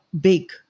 big